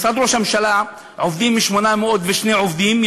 במשרד ראש הממשלה יש 802 עובדים,